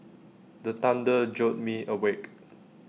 the thunder jolt me awake